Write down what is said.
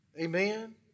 Amen